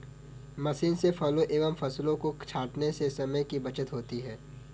machine से फलों एवं फसलों को छाँटने से समय की बचत होती है